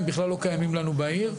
הם בכלל לא קיימים לנו בעיר,